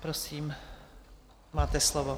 Prosím, máte slovo.